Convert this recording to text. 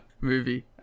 movie